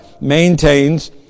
maintains